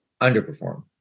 underperform